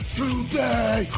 today